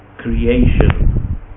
creation